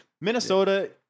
Minnesota